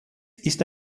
ist